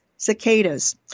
cicadas